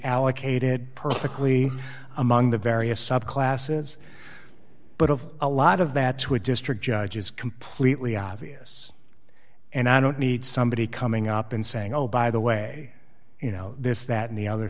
allocated perfectly among the various subclasses but of a lot of that to a district judge is completely obvious and i don't need somebody coming up and saying oh by the way you know this that and the other